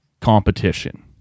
competition